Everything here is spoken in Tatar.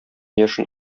яшен